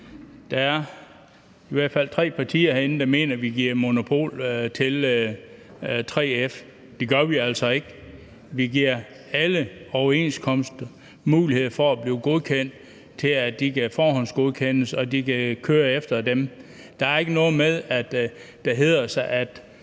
at der i hvert fald er tre partier herinde, der mener, at vi giver monopol til 3F. Det gør vi altså ikke. Vi giver alle overenskomster mulighed for at blive forhåndsgodkendt, og at man kan køre efter dem. Der er ikke noget, der hedder sig, at